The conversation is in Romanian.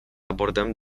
abordăm